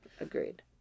Agreed